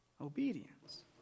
obedience